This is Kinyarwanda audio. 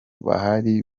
bahari